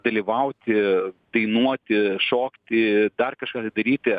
dalyvauti dainuoti šokti dar kažką tai daryti